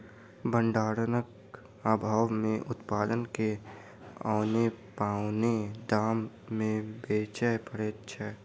भंडारणक आभाव मे उत्पाद के औने पौने दाम मे बेचय पड़ैत छै